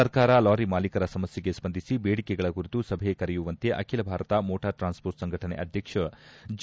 ಸರ್ಕಾರ ಲಾರಿ ಮಾಲೀಕರ ಸಮಸ್ಥೆಗೆ ಸ್ವಂದಿಸಿ ಬೇಡಿಕೆಗಳ ಕುರಿತು ಸಭೆ ಕರೆಯುವಂತೆ ಅಖಿಲ ಭಾರತ ಮೋಟಾರ್ ಟ್ರಾನ್ಸ್ಪೋರ್ಟ್ ಸಂಘಟನೆ ಅಧ್ವಕ್ಷ ಜಿ